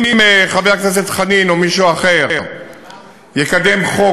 אם חבר הכנסת חנין או מישהו אחר יקדם חוק